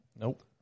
Nope